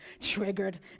triggered